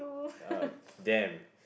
ya damn